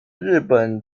日本